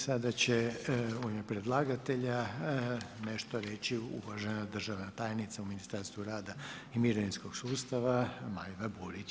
Sada će u ime predlagatelja nešto reći uvažena državna tajnica u Ministarstvu rada i mirovinskog sustava, Majda Burić.